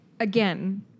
again